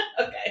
okay